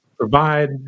Provide